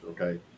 okay